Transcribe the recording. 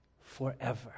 forever